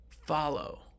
follow